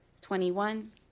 twenty-one